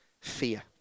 fear